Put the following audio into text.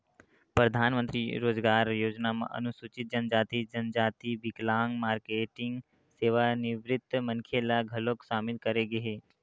परधानमंतरी रोजगार योजना म अनुसूचित जनजाति, जनजाति, बिकलांग, मारकेटिंग, सेवानिवृत्त मनखे ल घलोक सामिल करे गे हे